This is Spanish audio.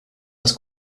las